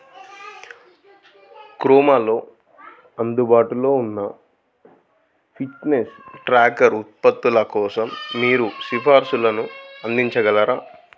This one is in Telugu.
క్రోమాలో అందుబాటులో ఉన్న ఫిట్నెస్ ట్రాకర్ ఉత్పత్తుల కోసం మీరు సిఫార్సులను అందించగలరా